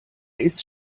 ist